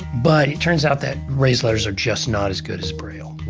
but it turns out that raised letters are just not as good as braille.